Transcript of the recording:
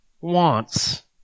wants